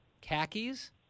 Khakis